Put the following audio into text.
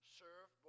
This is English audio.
serve